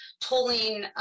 tolling